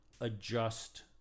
adjust